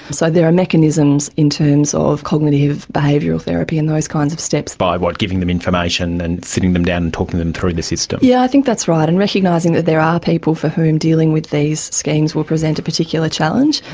so there are mechanisms in terms of cognitive behavioural therapy and those kinds of steps. by, what, giving them information and sitting them down and talking them through the system? yes, yeah i think that's right, and recognising that there are people for whom dealing with these schemes will present a particular challenge.